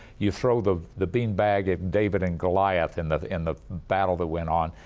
you throw the the bean bag at david and goliath in the, in the battle that went on.